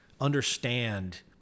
understand